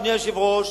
אדוני היושב-ראש,